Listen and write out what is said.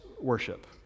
worship